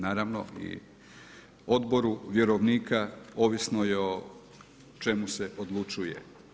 Naravno i odboru vjerovnika, ovisno i o čemu se odlučuje.